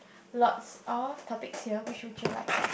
lots of topics here which would you like